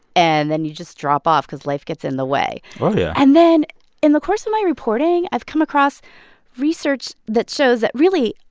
and then you just drop off cause life gets in the way oh, yeah and then in the course of my reporting, i've come across research that shows that, really,